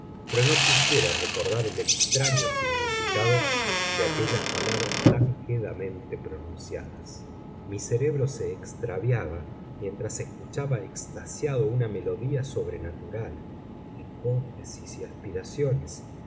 pero no quisiera recordar el extraño significado de aquellas palabras tan quedamente pronunciadas mi cerebro se extraviaba mientras escuchaba extasiado una melodía sobrenatural hipótesis y aspiraciones